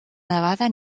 nevada